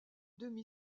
demi